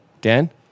Dan